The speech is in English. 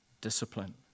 discipline